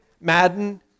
madden